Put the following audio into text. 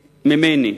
ממני.